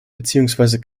beziehungsweise